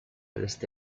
desde